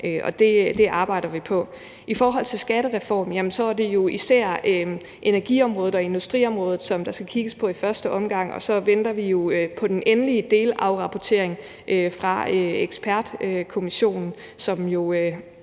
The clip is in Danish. Det arbejder vi på. I forhold til skattereformen er det jo især energiområdet og industriområdet, som der skal kigges på i første omgang. Og så venter vi jo på den endelige delafrapportering fra ekspertkommissionen, som jo